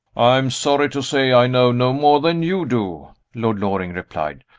i am sorry to say i know no more than you do, lord loring replied.